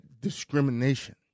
discrimination